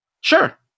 Sure